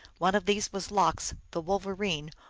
one of these was lox, the wolverine,